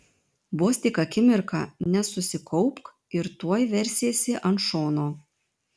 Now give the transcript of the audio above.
vos tik akimirką nesusikaupk ir tuoj versiesi ant šono